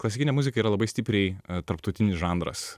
klasikinė muzika yra labai stipriai tarptautinis žanras